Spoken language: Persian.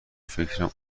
فکرم